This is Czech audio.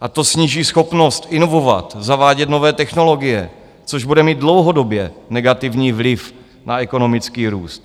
a to sníží schopnost inovovat, zavádět nové technologie, což bude mít dlouhodobě negativní vliv na ekonomický růst.